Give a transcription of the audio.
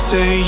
Say